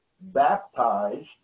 baptized